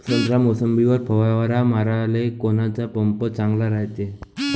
संत्रा, मोसंबीवर फवारा माराले कोनचा पंप चांगला रायते?